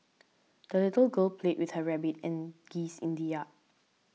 the little girl played with her rabbit and geese in the yard